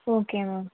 okay ma'am